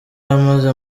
amaze